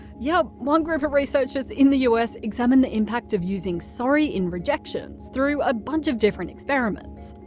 yep, one group of researchers in the us examined the impact of using sorry in rejections through a bunch of different experiments.